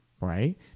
right